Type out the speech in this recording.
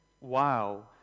Wow